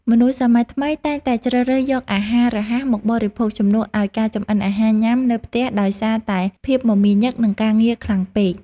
មនុស្សសម័យថ្មីតែងតែជ្រើសរើសយកអាហាររហ័សមកបរិភោគជំនួសឲ្យការចំអិនអាហារញ៉ាំនៅផ្ទះដោយសារតែភាពមមាញឹក នឹងការងារខ្លាំងពេក។